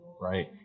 right